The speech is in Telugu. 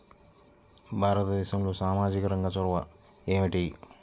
భారతదేశంలో సామాజిక రంగ చొరవ ఏమిటి?